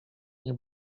nie